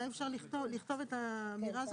לכתוב את האמירה הזאת,